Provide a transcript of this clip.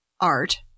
art